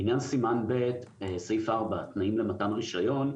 בעניין סימן ב', סעיף 4 תנאים למתן רישיון,